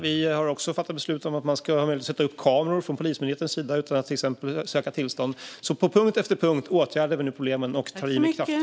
Vi har också fattat beslut om att man ska ha möjlighet att sätta upp kameror från Polismyndighetens sida utan att söka tillstånd. På punkt efter punkt åtgärdar vi nu alltså problemen och tar i med kraft.